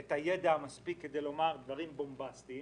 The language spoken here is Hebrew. את הידע המספיק כדי לומר דברים בומבסטיים.